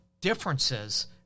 differences